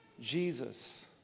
Jesus